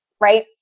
right